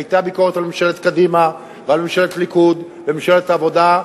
היא היתה ביקורת על ממשלת קדימה ועל ממשלת הליכוד ועל ממשלת העבודה,